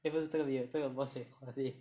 eh 不是这个 video 这个 voice recording